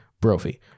Brophy